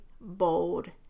bold